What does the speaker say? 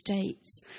States